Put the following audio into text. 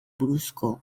buruzko